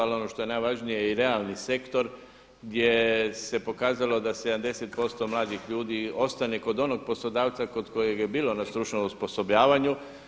Ali ono što je najvažnije i realni sektor gdje se pokazalo da 70% mladih ljudi ostane kod onog poslodavca kod kojeg je bilo na stručnom osposobljavanju.